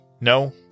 no